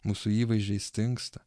mūsų įvaizdžiai stingsta